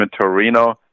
Torino